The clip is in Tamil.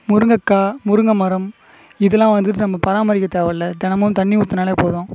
முருங்கக்காய் முருங்கை மரம் இதெல்லாம் வந்துட்டு நம்ம பராமரிக்க தேவ இல்லை தெனமும் தண்ணி ஊத்துனாலே போதும்